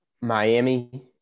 Miami